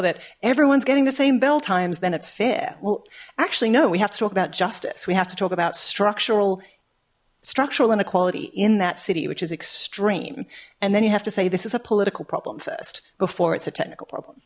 that everyone's getting the same bill times then it's fair well actually no we have to talk about justice we have to talk about structural structural inequality in that city which is extreme and then you have to say this is a political problem first before it's a technical problem